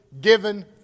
given